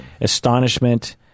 Astonishment